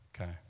Okay